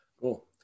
Cool